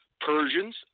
Persians